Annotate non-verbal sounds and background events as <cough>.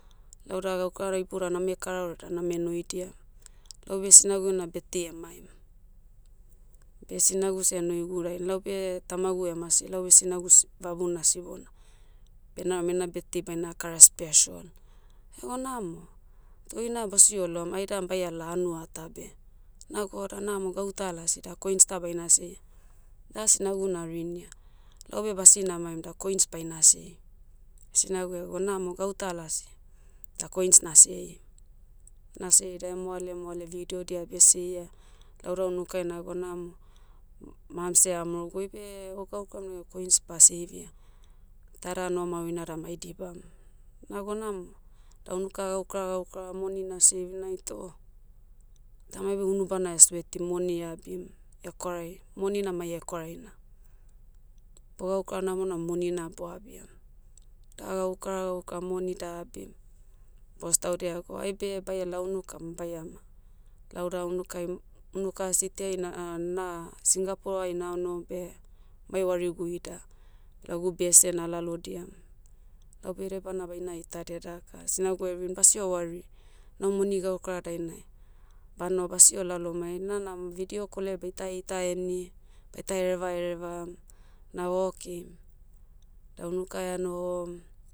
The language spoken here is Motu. Lauda gaukara da iboudia name kara ore da name noidia. Laube sinagu ena betdei emaim. Beh sinagu seh enoigu dain laube, tamagu emase laube sinagu s- vabuna sibona. Beh nam ena betdei baina karaia special. Houna mo, to oina basi oloum aidan baiala hanua tah beh. Naga o da namo gauta lasi da coins ta baina siaia. Da sinagu narinia. Laube basi namaim da coins baina siei. Sinagu ego namo gauta lasi, da coins nasiei. Nasiei da emoale moale vidiodia abi esieia, lauda unukai nago namo. Mams seh eamaorog oibe, o gaukam neh coins ba seivia. Tada no maurina da mai dibam. Nago namo. Da unuka gaukara gaukara moni na save nait o, taumai beh unubana <hesitation> swetim moni eabim. Hekwarai, moni na mai hekwaraina. Bo gaukara namonam monina boabia. Da gaukara gaukara moni da abim. Bos taudia ago aibe baiala unuka ma baiama. Lauda unukaim- unuka city ai na- <hesitation> na- singapore ai nano beh, mai warigu ida. Lagu bese nalalodiam. Laube edebana baina itadia daka sinagu erin basio wari. Lau moni gaukara dainai, bano basio lalomai. Na nam vidio kol ai baita heita heni, baita hereva hereva, nah okay. Da unukai anoho.